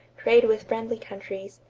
trade with friendly countries,